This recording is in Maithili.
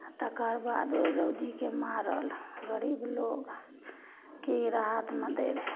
आओर तकर बाद ओइ रौदीके मारल गरीब लोग की राहतमे दै रहय